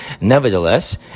Nevertheless